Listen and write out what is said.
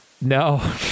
No